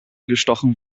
gestochen